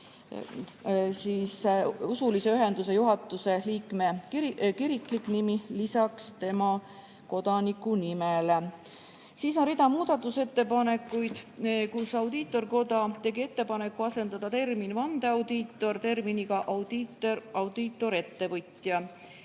usulise ühenduse juhatuse liikme kiriklik nimi lisaks tema kodanikunimele. Siis on rida muudatusettepanekuid, kus Audiitorkogu tegi ettepaneku asendada termin "vandeaudiitor" terminiga "audiitorettevõtja"